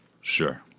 Sure